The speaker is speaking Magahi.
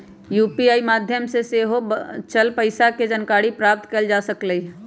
यू.पी.आई माध्यम से सेहो बचल पइसा के जानकारी प्राप्त कएल जा सकैछइ